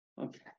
Okay